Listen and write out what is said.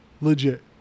Legit